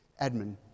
admin